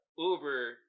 Uber